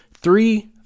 three